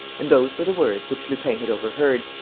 and those were the words which lupin had overheard,